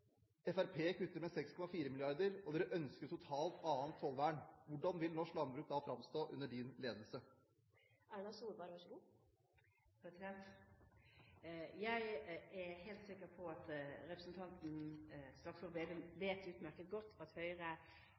kutter med 1,7 mrd. kr og Fremskrittspartiet kutter med 6,4 mrd. kr, og dere ønsker et totalt annet tollvern. Hvordan vil norsk landbruk da framstå under din ledelse? Jeg er helt sikker på at representanten Slagsvold Vedum vet utmerket godt at Høyre